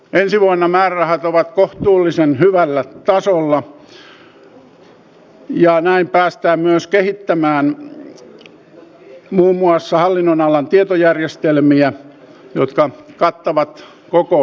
ensi vuonna määrärahat ovat kohtuullisen hyvällä tasolla ja näin päästään myös kehittämään muun muassa hallinnonalan tietojärjestelmiä jotka kattavat koko hallinnonalan